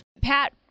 Pat